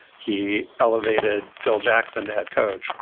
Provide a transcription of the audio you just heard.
he elevated phil jackson to head coach.